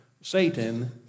Satan